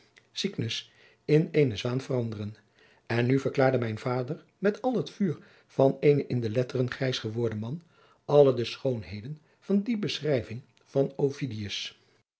cycnus in eene zwaan veranderen en nu verklaarde mijn vader met al het vuur van eenen in de letteren grijs geworden man alle de schoonheden van die beschrijving van